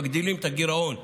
מגדילים את הגירעון,